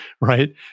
right